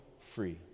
free